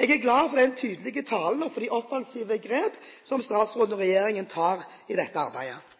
Jeg er glad for denne tydelige talen og for de offensive grep som statsråden og regjeringen tar i dette arbeidet.